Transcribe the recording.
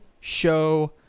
show